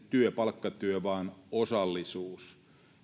palkkatyö vaan osallisuus se